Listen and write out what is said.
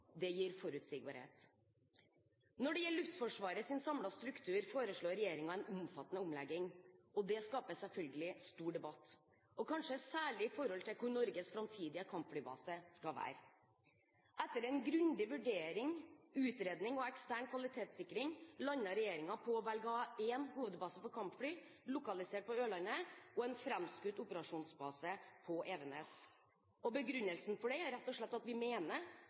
det gir forutsigbarhet. Når det gjelder Luftforsvarets samlede struktur, foreslår regjeringen en omfattende omlegging. Det skaper selvfølgelig stor debatt – kanskje særlig når det gjelder hvor Norges framtidige kampflybase skal være. Etter en grundig vurdering, utredning og ekstern kvalitetssikring landet regjeringen på å velge å ha en hovedbase for kampfly lokalisert på Ørland, og en framskutt operasjonsbase på Evenes. Begrunnelsen for dette er rett og slett at vi mener